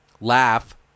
laugh